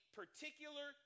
particular